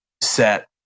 set